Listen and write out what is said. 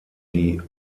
die